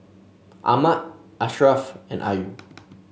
Ahmad Ashraff and Ayu